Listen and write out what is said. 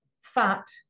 fat